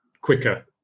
quicker